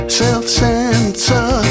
self-censor